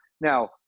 Now